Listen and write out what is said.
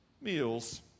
meals